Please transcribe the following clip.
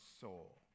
soul